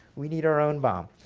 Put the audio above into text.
we need our own bomb.